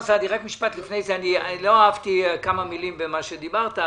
לא אהבתי כמה מילים שאמרת,